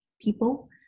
people